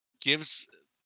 gives